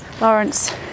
lawrence